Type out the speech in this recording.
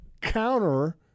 counter